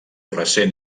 recent